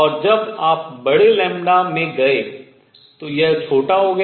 और जब आप बड़े लैम्ब्डा में गए तो यह थोड़ा छोटा हो गया